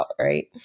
right